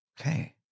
Okay